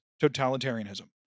totalitarianism